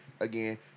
again